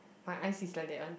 my eyes is like that one